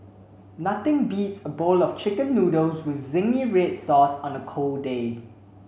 nothing beats a bowl of chicken noodles with zingy red sauce on a cold day